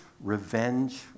revenge